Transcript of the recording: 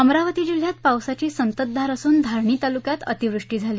अमरावती जिल्ह्यात पावसाची संततधार असून धारणी तालुक्यात अतिवृष्टी झाली